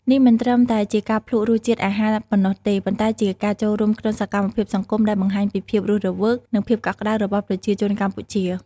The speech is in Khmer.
នេះមិនត្រឹមតែជាការភ្លក្សរសជាតិអាហារប៉ុណ្ណោះទេ ប៉ុន្តែជាការចូលរួមក្នុងសកម្មភាពសង្គមដែលបង្ហាញពីភាពរស់រវើក និងភាពកក់ក្តៅរបស់ប្រជាជនកម្ពុជា។